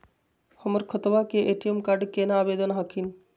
हमर खतवा के ए.टी.एम कार्ड केना आवेदन हखिन?